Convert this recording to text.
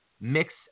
mix